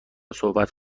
صحبت